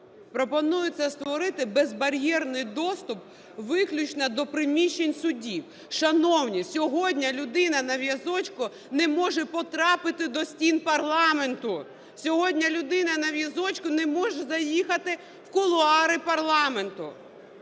Пропонується створити безбар'єрний доступ виключно до приміщень судів. Шановні, сьогодні людина на візочку не може потрапити до стін парламенту, сьогодні людина на візочку не може заїхати в кулуари парламенту.